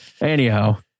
Anyhow